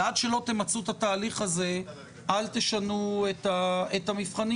ועד שלא תמצו את התהליך הזה אל תשנו את המבחנים